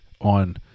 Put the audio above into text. on